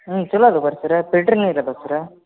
ಹ್ಞೂ ಚಲೋ ಅದೆ ಬನ್ರಿ ಸರ ಫಿಲ್ಟರ್ ನೀರು ಅದವ ಸರ್ರ